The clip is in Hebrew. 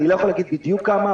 אני לא יכול להגיד בדיוק כמה,